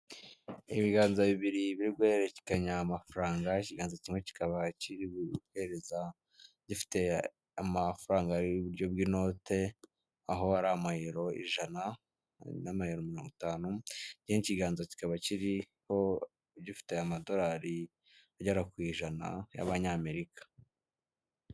Ibiganza bibiri ibiriguhererekanya amafaranga, ikiganza kimwe kikaba kiri buhereza gifite amafaranga ari mu buryo bw'inote aho ari amayero ijana na mirongo itanu y'ikiganza kikaba kiriho gifite amadolari agera ku ijana y'Amanyamerika.